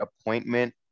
appointment